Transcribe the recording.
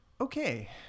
Okay